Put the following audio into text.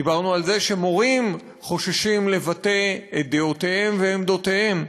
דיברנו על זה שמורים חוששים לבטא את דעותיהם ועמדותיהם.